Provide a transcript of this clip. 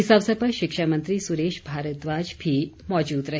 इस अवसर पर शिक्षा मंत्री सुरेश भारद्वाज भी मौजूद रहे